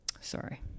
Sorry